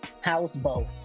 houseboat